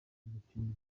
mukino